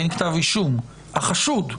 החשוד,